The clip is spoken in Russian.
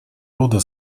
рода